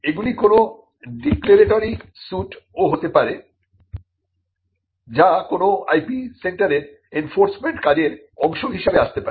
এগুলি কোন declaratory suit ও হতে পারে যা কোনো IP সেন্টারের এনফোর্সমেন্ট কাজের অংশ হিসাবে আসতে পারে